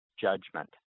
judgment